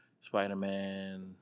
Spider-Man